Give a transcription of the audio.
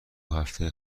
هفته